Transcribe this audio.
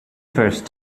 first